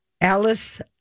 Alice